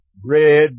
bread